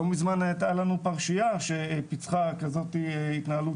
לא מזמן הייתה לנו פרשייה שפיצחה כזאת התנהלות